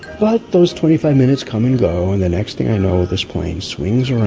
but those twenty five minutes come and go. and the next thing i know this plane swings